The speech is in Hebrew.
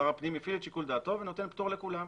שר הפנים הפעיל את שיקול דעתו ונותן פטור לכולם.